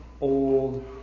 old